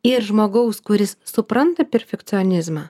ir žmogaus kuris supranta perfekcionizmą